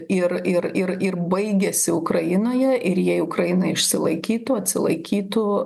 ir ir ir ir baigiasi ukrainoje ir jei ukraina išsilaikytų atsilaikytų